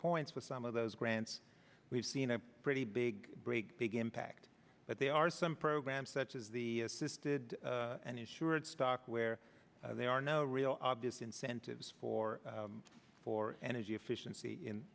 points with some of those grants we've seen a pretty big break big impact but they are some programs such as the assisted and insured stock where there are no real obvious incentives for for energy efficiency in